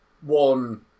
one